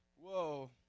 whoa